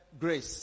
grace